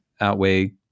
outweigh